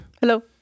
Hello